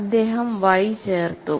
അദ്ദേഹം Y ചേർത്തു